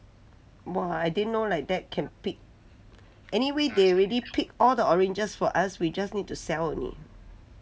!wah! I didn't know like that can pick anyway they already pick all the oranges for us we just need to sell only